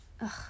Ugh